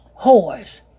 Whores